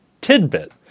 tidbit